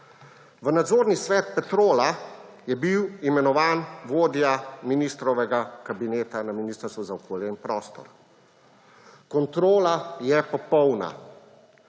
V nadzorni svet Petrola je bil imenovan vodja ministrovega kabineta na Ministrstvu za okolje in prostor. Kontrola je popolna,